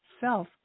self